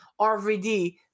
RVD